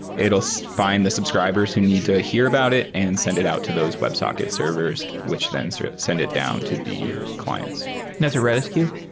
it'll so fi nd the subscribers who need to hear about it and send it out to those websocket servers, which then sort of send it down to the clients that's a redis queue?